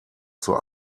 zur